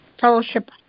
fellowship